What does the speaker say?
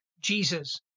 Jesus